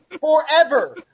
forever